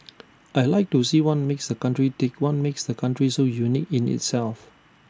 I Like to see what makes the country tick what makes the country so unique in itself